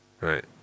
Right